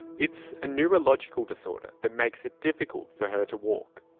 it's a neurological disorder that makes it difficult for her to walk.